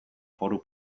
foru